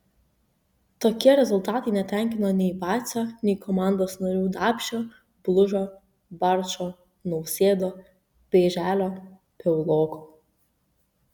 tokie rezultatai netenkino nei bacio nei komandos narių dapšio blužo barčo nausėdo pėželio piauloko